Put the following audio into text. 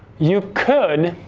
you could